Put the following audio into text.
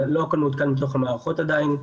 לא הכול מעודכן בתוך המערכות עדיין,